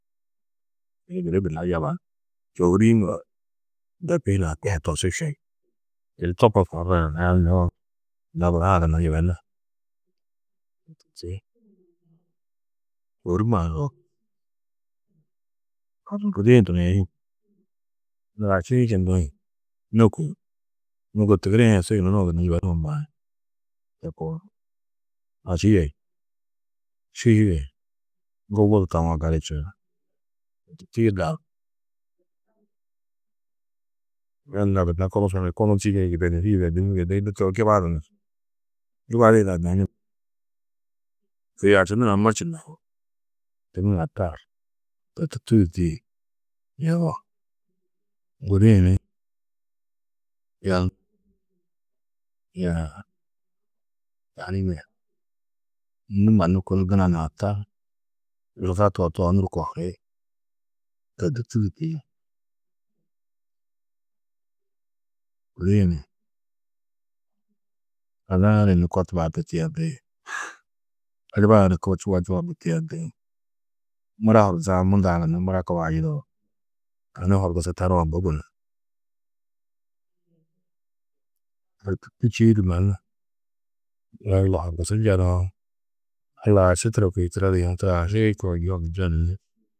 Yunu gudi gunna du yebar, čôhuri-ĩ muro ndepi hunã tosú. Yunu to kor kohurdo yugonnãá noo, yina guda-ã gunna yibenar. mannu gudi-ĩ duriĩn, aši-ĩ čindĩ nôkuĩ, lôko tigirĩ hi su yunu nuũ gunna yibenuũ maĩ to koo. Aši yê yê ŋgubu du tawo gali čuo. yina nurã gunna kunu tîyiĩ yibenirî, yibenirî yibenirî nû kunu gibaduyunu. Gibadiyinã tani kôi aši nurã morčinno yugó. Aši nurã tar to tûrtu du tîyi. Yoo gudi-ĩ ni yun yunu, tani nû mannu kunu duna nurã tar tootoonuru kohuri to tûrtu du tîyi. Gudi-ĩ ni ada-ã ni nû ko tiyendi, adiba-ã ni kobu čua tiyendi. Mura horgusa-ã munda-ã gunna mura kubaa yidao. Tani horgusu tarã bui gunú. To tûrtu Čîidi mannu Alla horgusu njenoo, Alla aši turo kôi turo du yunu turo ašii koo yoho njenu ni.